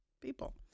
people